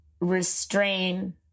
restrain